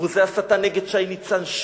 כרוזי הסתה נגד שי ניצן,